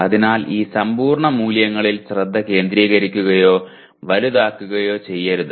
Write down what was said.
അതിനാൽ ഈ സമ്പൂർണ്ണ മൂല്യങ്ങളിൽ ശ്രദ്ധ കേന്ദ്രീകരിക്കുകയോ വലുതാക്കുകയോ ചെയ്യരുത്